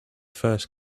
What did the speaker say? first